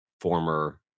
former